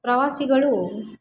ಪ್ರವಾಸಿಗಳು